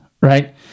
right